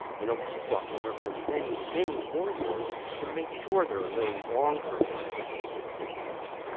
and he'll keep watching her for many, many more years to make sure there are no long-term side effects from the treatment itself.